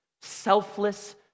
selfless